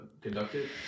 conducted